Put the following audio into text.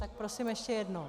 Tak prosím ještě jednou.